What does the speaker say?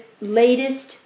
latest